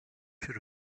should